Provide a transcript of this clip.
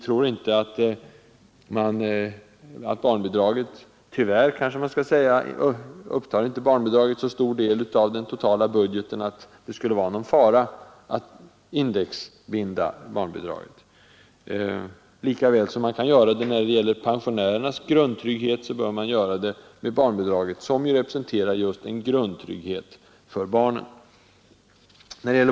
Barnbidraget upptar inte — tyvärr, kanske man skall säga — så stor del av den totala budgeten att det skulle vara någon fara att indexbinda det. Lika väl som man kan göra det när det gäller pensionärernas grundtrygghet, bör man göra det med barnbidragen, som just representerar en grundtrygghet för barnen.